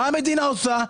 מה המדינה עושה?